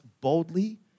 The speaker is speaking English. boldly